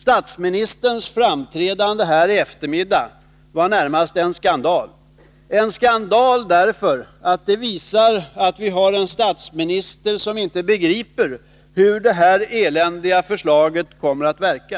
Statsministerns framträdande här i eftermiddags var närmast en skandal, därför att det visade att vi har en statsminister som inte begriper hur det här eländiga förslaget kommer att verka.